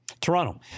Toronto